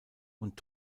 und